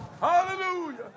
Hallelujah